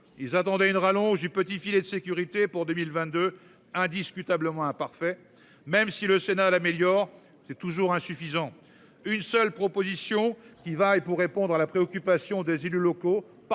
Ils attendaient une rallonge du petit filet de sécurité pour 2022 indiscutablement un parfait, même si le Sénat l'améliore c'est toujours insuffisant. Une seule proposition qui va et pour répondre à la préoccupation des élus locaux